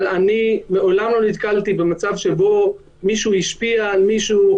אבל אני מעולם לא נתקלתי במצב שבו מישהו השפיע על מישהו,